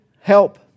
help